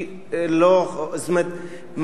זאת אומרת,